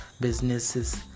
businesses